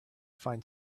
find